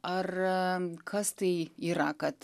ar kas tai yra kad